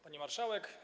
Pani Marszałek!